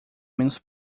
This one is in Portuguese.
menos